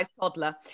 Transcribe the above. toddler